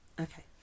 Okay